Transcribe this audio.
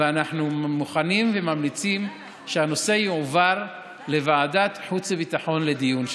אנחנו מוכנים וממליצים שהנושא יועבר לוועדת החוץ והביטחון לדיון שם.